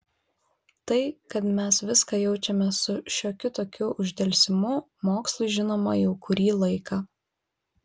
tai kad mes viską jaučiame su šiokiu tokiu uždelsimu mokslui žinoma jau kurį laiką